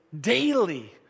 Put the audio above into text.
daily